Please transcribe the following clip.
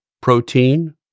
protein